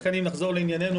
לכן אם נחזור לענייננו,